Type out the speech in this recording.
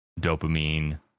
dopamine